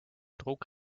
druck